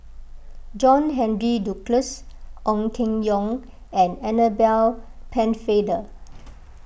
John Henry Duclos Ong Keng Yong and Annabel Pennefather